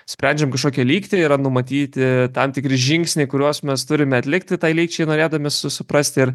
sprendžiam kažkokią lygtį yra numatyti tam tikri žingsniai kuriuos mes turime atlikti tai lygčiai norėdami su suprasti ir